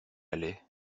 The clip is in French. allait